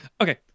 Okay